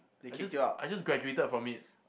I just I just graduated from it